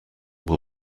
will